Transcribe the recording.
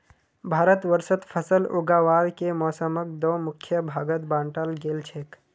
भारतवर्षत फसल उगावार के मौसमक दो मुख्य भागत बांटाल गेल छेक